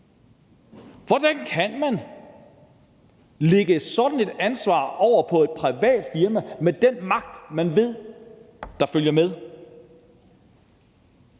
Hvordan kan man lægge sådan et ansvar over på et privat firma med den magt, man ved følger med?